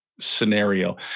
scenario